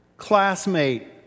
classmate